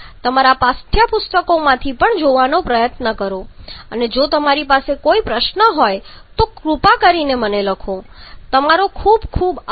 તમારા પાઠ્યપુસ્તકોમાંથી પણ જોવાનો પ્રયાસ કરો અને જો તમારી પાસે કોઈ પ્રશ્ન હોય તો કૃપા કરીને મને લખો તમારો ખૂબ ખૂબ આભાર